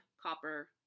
copper